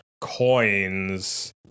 coins